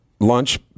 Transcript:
lunch